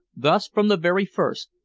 thus, from the very first,